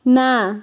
ନା